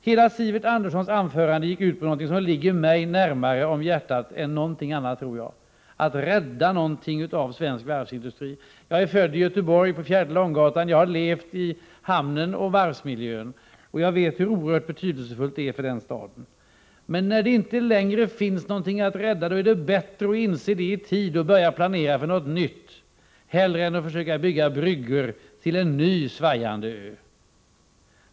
Hela Sivert Anderssons anförande gick ut på något som ligger mig närmare om hjärtat än något annat, tror jag, nämligen att rädda en del av svensk varvsindustri. Jag är född i Göteborg på Fjärde Långgatan, jag har levt i hamnen och i varvsmiljön, och jag vet hur oerhört betydelsefulla varven är för Göteborg. Men när det inte längre finns någonting att rädda är det bättre att i tid inse detta och börja planera för något nytt, hellre än att försöka bygga bryggor till en annan svajande ö.